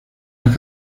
las